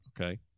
Okay